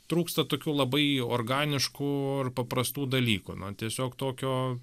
trūksta tokių labai organiškų ir paprastų dalykų na tiesiog tokio